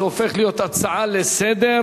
זה הופך להיות הצעה לסדר-היום.